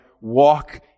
walk